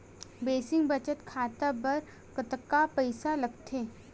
Basic बचत खाता बर कतका पईसा लगथे?